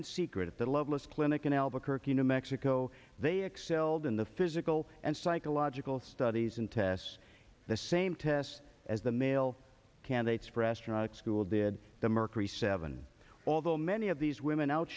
loveless clinic in albuquerque new mexico they excelled in the physical and psychological studies and tests the same tests as the male candidates for astronauts school did the mercury seven although many of these women out